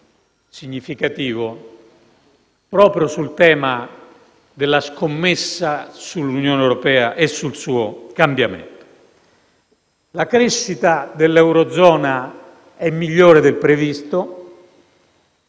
significativo proprio sul tema della scommessa sull'Unione europea e sul suo cambiamento. La crescita dell'eurozona è migliore del previsto,